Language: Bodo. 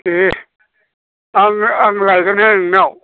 दे आङो आं लायगोनलै नोंनाव